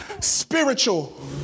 Spiritual